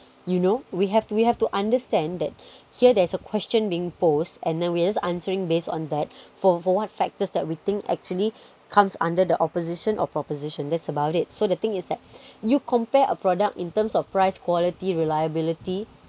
you know we have to we have to understand that here there's a question being post and we're just answering based on that for for what factors that we think actually comes under the opposition or proposition that's about it so the thing is that you compare a product in terms of price quality reliability